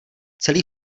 celý